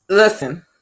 Listen